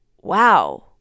wow